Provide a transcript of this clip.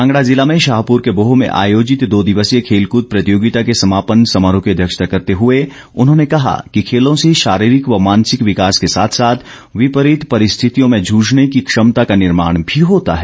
कांगडा जिला में शाहपुर के बोह में आयोजित दो दिवसीय खेल कृद प्रतियोगिता समापन समारोह की अध्यक्षता करते हुए उन्होंने कहा कि खेलों से शारीरिक व मानसिक विकास के साथ साथ विपरीत परिस्थितियों में जूझने की क्षमता का निर्माण भी होता है